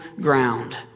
ground